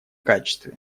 качестве